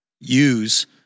use